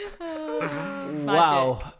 Wow